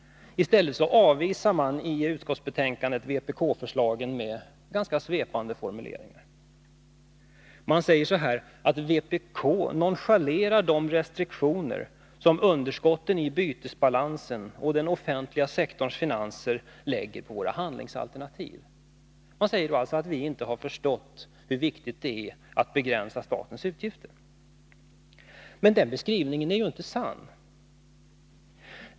Istället avvisas vpk-förslagen i utskottsbetänkandet med ganska svepande formuleringar. Man säger att vpk ”nonchalerar de restriktioner som underskotten i bytesbalansen och den offentliga sektorns finanser lägger på våra handlingsalternativ”. Man menar alltså att vi inte har förstått hur viktigt det är att statens utgifter begränsas. Men den beskrivningen är inte sann.